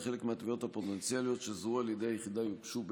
וחלק מהתביעות הפוטנציאליות שזוהו על ידי היחידה יוגשו בקרוב.